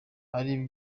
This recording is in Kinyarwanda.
ari